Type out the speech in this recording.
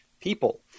people